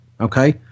okay